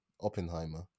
Oppenheimer